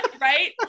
Right